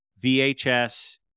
vhs